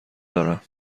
دارم